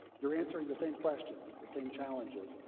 you're answering the same questions, the same challenges.